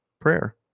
prayer